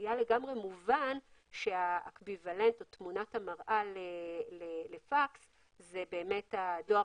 היה לגמרי מובן שתמונת המראה לפקס זה הדואר